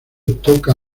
toca